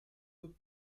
good